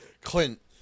Clint